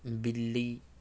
بلی